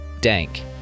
Dank